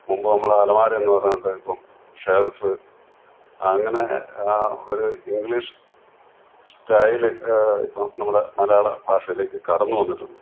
മുമ്പ് നമ്മൾ അലമാര എന്നു പറഞ്ഞത് ഇപ്പം ഷെൽഫ് അങ്ങനെ ഒരു ഇംഗ്ലീഷ് സ്റ്റൈല് ഇപ്പം നമ്മുടെ മലയാള ഭാഷയിലേക്ക് കടന്നു വന്നിട്ടുണ്ട്